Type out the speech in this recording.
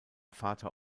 vater